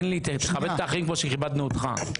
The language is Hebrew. תכבד את האחרים כמו שכיבדנו אותך.